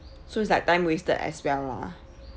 so it's like time wasted as well lah